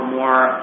more